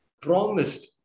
promised